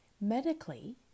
medically